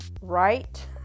Right